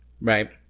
Right